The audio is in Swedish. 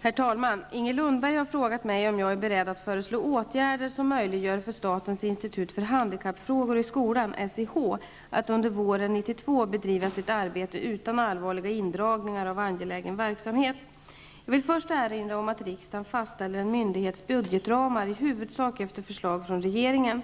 Herr talman! Inger Lundberg har frågat mig om jag är beredd att föreslå åtgärder som möjliggör för statens institut för handikappfrågor i skolan att under våren 1992 bedriva sitt arbete utan allvarliga indragningar av angelägen verksamhet. Jag vill först erinra om att riksdagen fastställer en myndighets budgetramar i huvudsak efter förslag av regeringen.